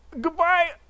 Goodbye